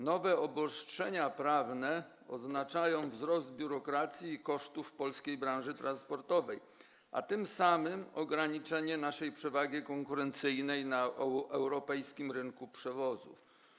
Nowe obostrzenia prawne oznaczają wzrost biurokracji i kosztów w polskiej branży transportowej, a tym samym ograniczenie naszej przewagi konkurencyjnej na europejskim rynku przewozów.